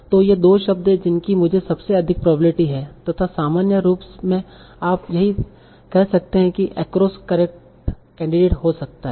तो ये 2 शब्द हैं जिनकी मुझे सबसे अधिक प्रोबेब्लिटी है तथा सामान्य रूप में आप सही कह सकते हैं की across करेक्ट कैंडिडेट हो सकता है